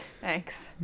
Thanks